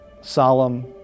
solemn